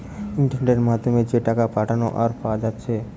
ইন্টারনেটের মাধ্যমে যে টাকা পাঠানা আর পায়া যাচ্ছে